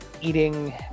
eating